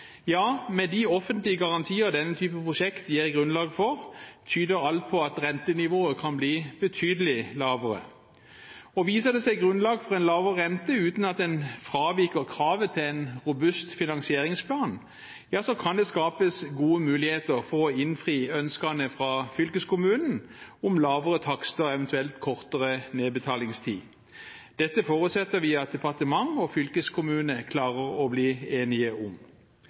Ja, med de offentlige garantier denne typen prosjekt gir grunnlag for, tyder alt på at rentenivået kan bli betydelig lavere. Viser det seg å være grunnlag for en lavere rente uten at en fraviker kravet til en robust finansieringsplan, kan det skapes gode muligheter for å innfri ønskene fra fylkeskommunen om lavere takster, eventuelt kortere nedbetalingstid. Dette forutsetter vi at departement og fylkeskommune klarer å bli enige om.